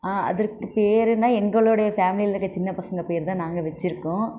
ஆ அதற்கு பேர் என்ன எங்களுடைய ஃபேமிலியில் இருக்க சின்ன பசங்கள் பேர் தான் நாங்கள் வைச்சிருக்கோம்